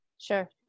sure